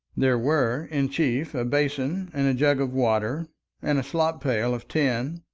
there were, in chief, a basin and a jug of water and a slop-pail of tin,